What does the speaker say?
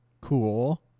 Cool